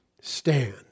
stand